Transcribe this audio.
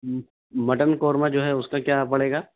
mutton korma جو ہے اس کا کیا پڑے گا